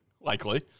Likely